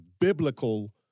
biblical